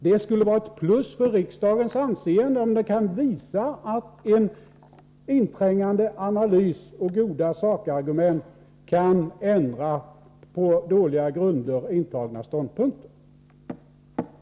Det skulle vara ett plus för riksdagens anseende, om det kunde visas att en inträngande analys och goda sakargument kan ändra på dåliga grunder intagna ståndpunkter.